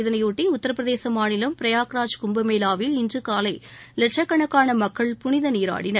இதனை ஒட்டி உத்தரபிரதேச மாநிலம் பிரயாக்ராஜ் கும்பமேளாவில் இன்று காலை லட்சக்கணக்கான மக்கள் புனித நீராடினர்